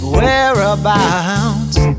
Whereabouts